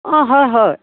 অঁ হয় হয়